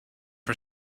for